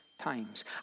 times